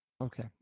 Okay